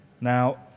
Now